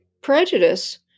prejudice